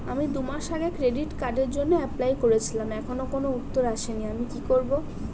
আমি দুমাস আগে ক্রেডিট কার্ডের জন্যে এপ্লাই করেছিলাম এখনো কোনো উত্তর আসেনি আমি কি করব?